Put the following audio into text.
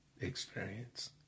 experience